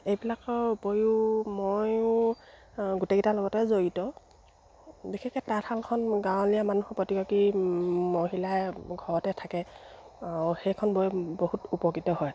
এইবিলাকৰ উপৰিও ময়ো গোটেইকেইটাৰ লগতে জড়িত বিশেষকে তাঁশালখন গাঁৱলীয়া মানুহৰ প্ৰতিগৰাকী মহিলাই ঘৰতে থাকে সেইখন বৈ বহুত উপকৃত হয়